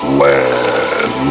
land